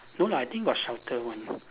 no lah I think got shelter one